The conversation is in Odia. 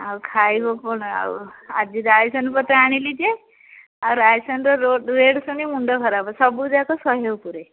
ଆଉ ଖାଇବ କଣ ଆଉ ଆଜି ରାଇସନ ପତ୍ର ଆଣିଲି ଯେ ଆଉ ରାଇସନର ରେଟ୍ ଶୁଣି ମୁଣ୍ଡ ଖରାପ ସବୁଯାକ ଶହେ ଉପୁରେ